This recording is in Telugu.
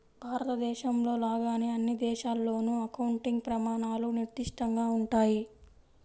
భారతదేశంలో లాగానే అన్ని దేశాల్లోనూ అకౌంటింగ్ ప్రమాణాలు నిర్దిష్టంగా ఉంటాయి